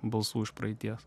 balsų iš praeities